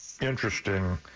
interesting